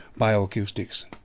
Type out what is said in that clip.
bioacoustics